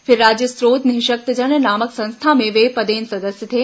फिर राज्य स्रोत निःशक्तजन नामक संस्था में वे पदेन सदस्य थे